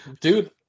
dude